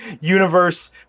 universe